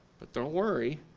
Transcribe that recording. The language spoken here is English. but don't worry,